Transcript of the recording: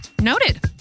Noted